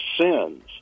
sins